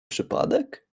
przypadek